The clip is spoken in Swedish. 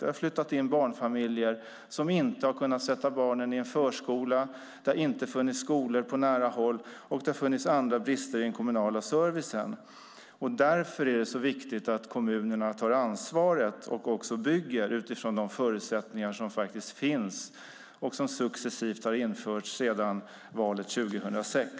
Det har flyttat in barnfamiljer som inte har kunnat sätta barnen i förskola, det har inte funnits skolor på nära håll och det har funnits andra brister i den kommunala servicen. Därför är det så viktigt att kommunerna tar ansvaret och också bygger utifrån de förutsättningar som faktiskt finns och som successivt har införts sedan valet 2006.